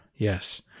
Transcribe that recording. Yes